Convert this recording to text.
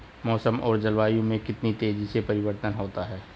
मौसम और जलवायु में कितनी तेजी से परिवर्तन होता है?